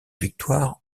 victoire